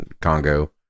Congo